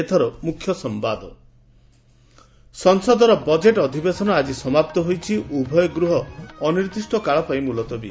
ଏଥର ମୁଖ୍ୟ ସମ୍ଘାଦ ମୁଖ୍ୟସମ୍ଭାଦ ସଂସଦର ବଜେଟ୍ ଅଧିବେଶନ ଆକି ସମାପ୍ତ ହୋଇଛି ଉଭୟ ଗୃହ ଅନିର୍ଦ୍ଦିଷ୍ କାଳ ପାଇଁ ମୁଲତବୀ